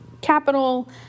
capital